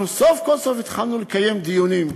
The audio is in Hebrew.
אנחנו סוף כל סוף התחלנו לקיים דיונים.